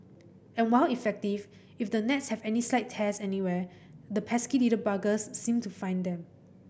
and while effective if the nets have any slight tears anywhere the pesky little buggers seem to find them